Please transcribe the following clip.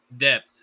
depth